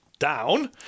down